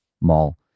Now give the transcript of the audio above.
mall